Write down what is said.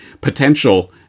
potential